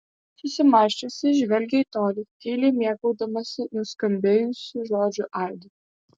susimąsčiusi žvelgė į tolį tyliai mėgaudamasi nuskambėjusių žodžių aidu